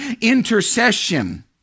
intercession